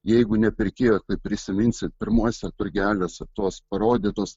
jeigu ne pirkėjo prisiminsit pirmuose turgeliuosetos parodytos